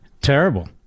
Terrible